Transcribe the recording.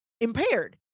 impaired